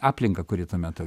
aplinką kuri tuo metu